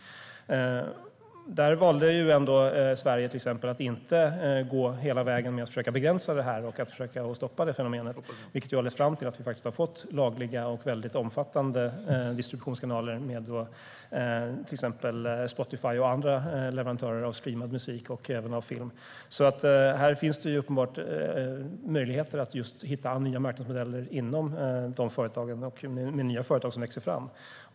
Där valde ändå till exempel Sverige att inte gå hela vägen och försöka begränsa och stoppa detta fenomen. Det har lett fram till att vi faktiskt har fått lagliga och mycket omfattande distributionskanaler, till exempel Spotify och andra leverantörer av streamad musik och även film. Här finns det uppenbarligen möjligheter att hitta nya marknadsmodeller inom dessa företag, och nya företag växer fram.